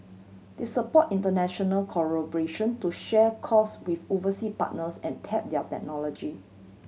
they support international collaboration to share cost with oversea partners and tap their technology